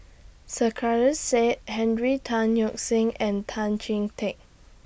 Sarkasi Said Henry Tan Yoke See and Tan Chee Teck